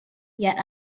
yet